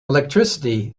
electricity